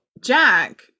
Jack